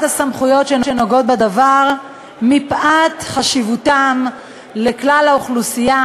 הסמכויות שנוגעות בדבר מפאת חשיבותן לכלל האוכלוסייה,